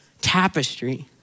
tapestry